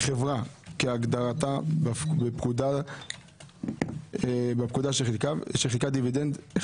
חברה כהגדרתה בפקודה שחילקה דיבידנד,